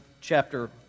chapter